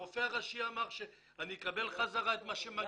הרופא הראשי אמר שאני אקבל חזרה את מה שמגיע לי.